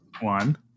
One